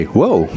Whoa